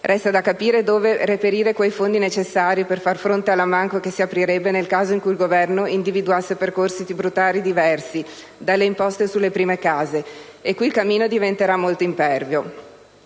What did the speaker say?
Resta da capire dove reperire quei fondi necessari per far fronte all'ammanco che si aprirebbe nel caso in cui il Governo individuasse percorsi tributari diversi dalle imposte sulle prime case. E qui il cammino diventerà molto impervio,